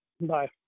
Bye